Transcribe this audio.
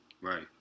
Right